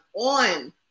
on